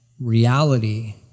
reality